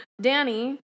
Danny